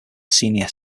senior